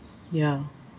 mm ya